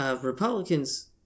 Republicans